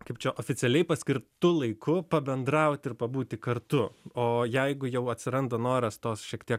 kaip čia oficialiai paskirtu laiku pabendraut ir pabūti kartu o jeigu jau atsiranda noras tos šiek tiek